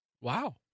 Wow